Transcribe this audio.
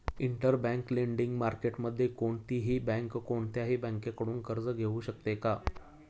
Interbank lending मार्केटमध्ये कोणतीही bank कोणत्याही बँकेकडून कर्ज घेऊ शकते का?